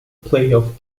playoff